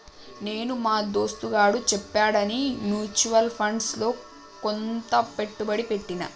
నేను మా దోస్తుగాడు చెప్పాడని మ్యూచువల్ ఫండ్స్ లో కొంత పెట్టుబడి పెట్టిన